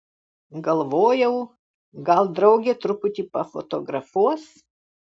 galvojau gal draugė truputį pafotografuos